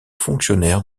fonctionnaire